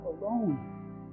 alone